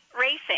racing